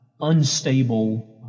unstable